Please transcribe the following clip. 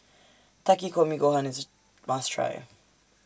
Takikomi Gohan IS A must Try